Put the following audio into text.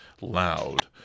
loud